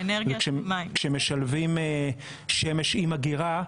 וכשמשלבים שמש עם אגירה,